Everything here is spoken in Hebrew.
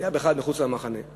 זה היה בכלל מחוץ למחנה.